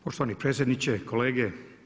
Poštovani predsjedniče, kolege.